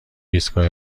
ایستگاه